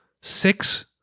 six